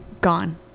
gone